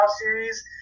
series